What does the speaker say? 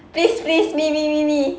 please please me me me me